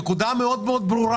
הנקודה ברורה מאוד.